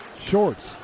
Shorts